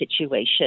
situation